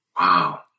Wow